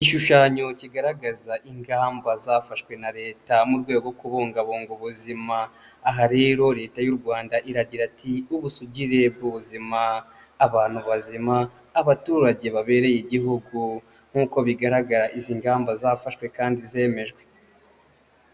Igishushanyo kigaragaza ingamba zafashwe na Leta mu rwego rwo kubungabunga ubuzima, aha rero Leta y'u Rwanda iragira ati ubusugire bw'ubuzima, abantu bazima, abaturage babereye igihugu nk'uko bigaragara izi ngamba zafashwe kandi zemejwe.